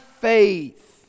faith